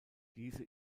diese